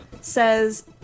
says